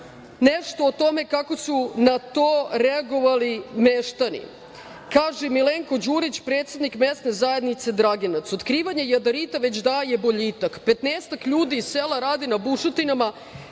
nešto o tome kako su na to reagovali meštani. Kaže Milenko Đurić, predsednik mesne zajednice Draginac – otkrivanje jadarita već daje boljitak. Petnaestak ljudi iz sela radi na bušotinama